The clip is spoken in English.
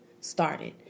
started